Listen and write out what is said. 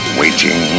waiting